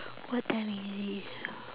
what time we leave